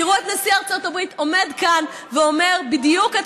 תראו את סגן נשיא ארצות הברית עומד כאן ואומר בדיוק את